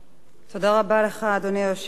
אדוני היושב-ראש,